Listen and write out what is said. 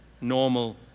normal